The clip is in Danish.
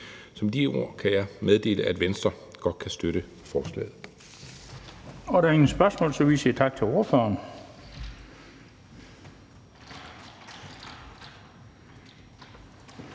Med de ord kan jeg meddele, at Venstre godt kan støtte forslaget.